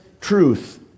truth